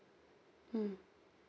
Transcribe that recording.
mm